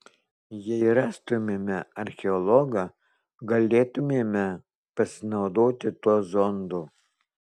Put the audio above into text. jei rastumėme archeologą galėtumėme pasinaudoti tuo zondu